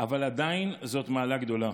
אבל עדיין זו מעלה גדולה.